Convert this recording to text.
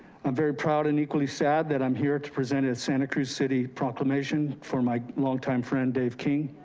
i'm very proud and equally sad that i'm here to present at santa cruz city proclamation for my longtime friend, dave king.